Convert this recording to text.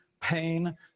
Pain